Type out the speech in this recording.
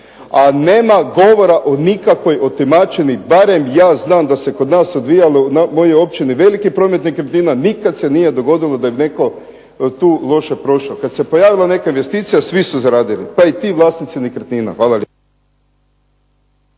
A nema govora o nikakvoj otimačini, barem ja znam da se kod nas odvijalo u mojoj općini veliki promet nekretnina, nikada se nije dogodilo da je netko tu loše prošao. Kada se pojavila neka investicija svi su zaradili pa i ti vlasnici nekretnina. Hvala lijepo.